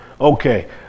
Okay